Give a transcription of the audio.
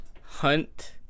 hunt